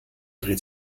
dreht